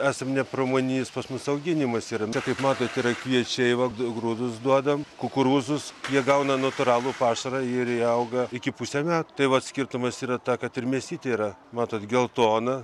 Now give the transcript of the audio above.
esam ne pramoninis pas mus auginimas yra čia kaip matot yra kviečiai vat grūdus duodam kukurūzus jie gauna natūralų pašarą ir įauga iki pusę metų tai vat skirtumas yra ta kad mėsytė yra matot geltona